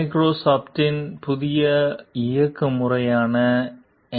மைக்ரோசாப்டின் புதிய இயக்க முறைமையான என்